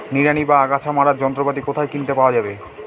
নিড়ানি বা আগাছা মারার যন্ত্রপাতি কোথায় কিনতে পাওয়া যাবে?